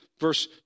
verse